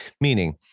meaning